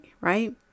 right